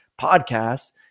podcasts